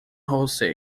jose